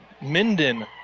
Minden